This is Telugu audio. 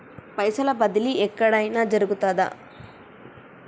పైసల బదిలీ ఎక్కడయిన జరుగుతదా?